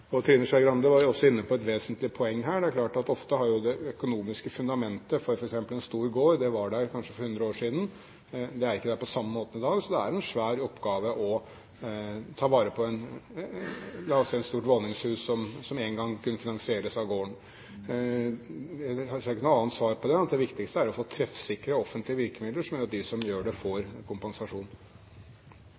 er ikke der på samme måten i dag. Så det er en svær oppgave å ta vare på – la oss si – et stort våningshus som en gang i tiden kunne finansieres av gården. Jeg har ikke noe annet svar på det enn at det viktigste er å få treffsikre offentlige virkemidler, slik at de som gjør noe her, får kompensasjon.